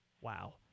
Wow